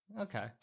Okay